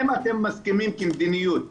אם אתם מסכימים כמדיניות,